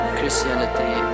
Christianity